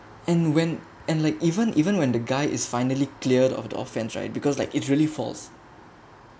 and when and like even even when the guy is finally cleared of the offense right because like it's really false